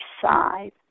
side